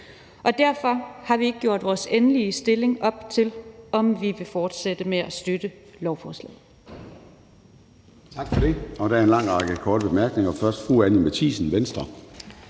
og derfor har vi ikke gjort vores endelige stilling op til, om vi vil fortsætte med at støtte lovforslaget.